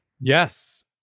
Yes